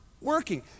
working